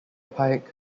pike